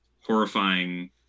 horrifying